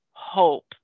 hope